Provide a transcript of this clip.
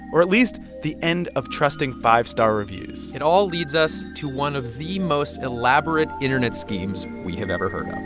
or at least the end of trusting five-star reviews it all leads us to one of the most elaborate internet schemes we have ever heard